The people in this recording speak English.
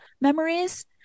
memories